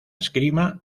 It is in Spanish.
esgrima